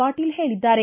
ಪಾಟೀಲ್ ಹೇಳಿದ್ದಾರೆ